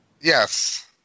Yes